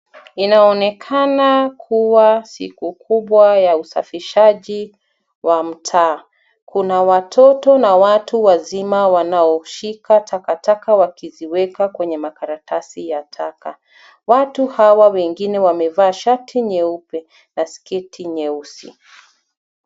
Inaonekana kuwa siku kubwa ya usafishaji wa mtaa. Kuna watoto na watu wazima wanaoshika takataka wakiziweka kwenye makaratasi ya taka. Watu hawa wengine wamevaa shati nyeupe na sketi nyeusi.